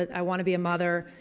i want to be a mother.